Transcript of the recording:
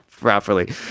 properly